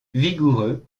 vigoureux